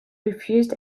refused